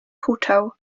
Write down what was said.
huczał